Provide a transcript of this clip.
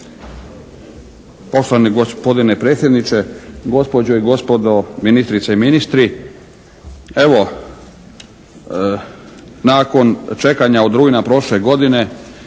Poštovani gospodine predsjedniče, gospođe i gospodo ministrice i ministri. Evo, nakon čekanja od rujna prošle godine